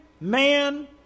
man